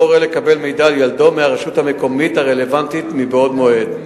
הורה לקבל מידע על ילדו מהרשות המקומית הרלוונטית בעוד מועד.